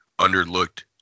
underlooked